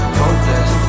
hopeless